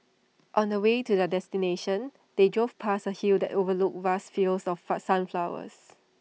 on the way to their destination they drove past A hill that overlooked vast fields of far sunflowers